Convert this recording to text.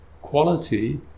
quality